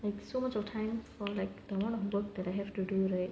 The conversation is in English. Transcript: like so much of time for like the amount of work that I have to do right